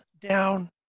down